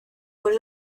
con